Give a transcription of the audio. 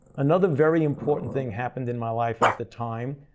another very important thing happened in my life at the time.